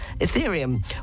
Ethereum